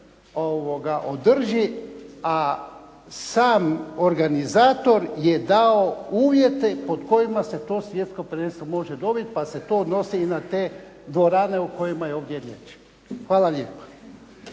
održi, a sam organizator je dao uvjete pod kojima se to svjetsko prvenstvo može dobiti pa se to odnosi i na te dvorane o kojima je ovdje riječ. Hvala lijepo.